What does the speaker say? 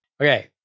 Okay